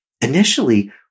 initially